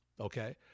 okay